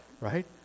right